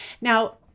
Now